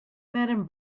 madame